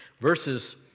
verses